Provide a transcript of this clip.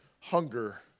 hunger